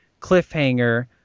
cliffhanger